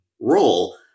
role